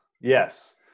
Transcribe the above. yes